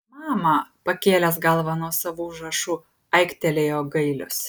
mama pakėlęs galvą nuo savo užrašų aiktelėjo gailius